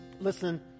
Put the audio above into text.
Listen